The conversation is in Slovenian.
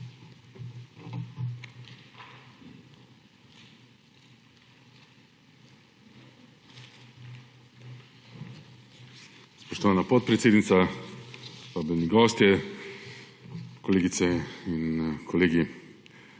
Spoštovana podpredsednica, vabljeni gostje, kolegice in kolegi!